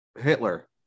Hitler